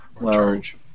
Large